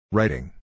Writing